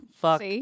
Fuck